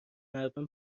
مردم